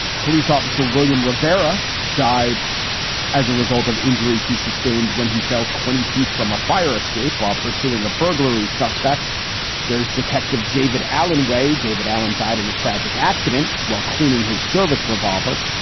police officer william rivera died as a result of injuries he sustained when he fell twenty feet from a fire escape while ah pursuing a burglary suspect there's detective david allen way. david allen died in a tragic accident while cleaning his service revolver.